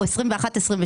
או 2021 ו-2022.